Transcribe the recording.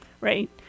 Right